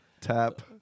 tap